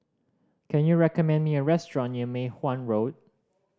can you recommend me a restaurant near Mei Hwan Road